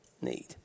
need